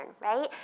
right